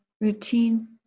routine